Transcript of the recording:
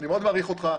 אני מאוד מעריך אותך.